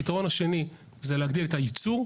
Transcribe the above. הפתרון השני זה להגדיל את הייצור.